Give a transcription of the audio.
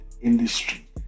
industry